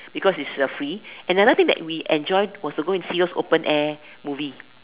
because it's uh free another thing that we enjoy was to go and see those open air movie